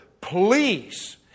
please